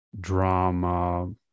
drama